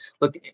Look